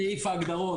סעיף ההגדרות,